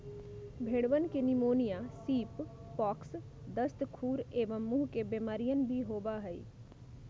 भेंड़वन के pneumonia, sheep pox, दस्त, खुर एवं मुँह के बेमारियन भी होबा हई